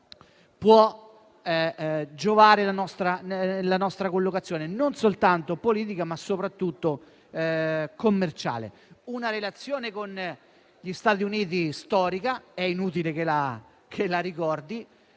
può giovare alla nostra collocazione, non soltanto politica, ma soprattutto commerciale. La relazione con gli Stati Uniti è storica (è inutile che lo ricordi);